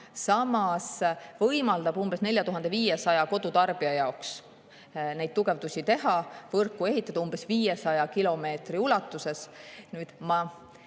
samas võimaldab umbes 4500 kodutarbija jaoks neid tugevdusi teha, võrku ehitada umbes 500 kilomeetri ulatuses. Ma